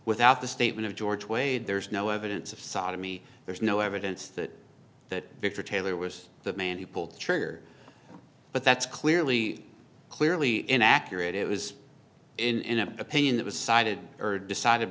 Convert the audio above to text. without the statement of george wade there's no evidence of sodomy there's no evidence that that victor taylor was the man who pulled the trigger but that's clearly clearly inaccurate it was in opinion that was cited erd decided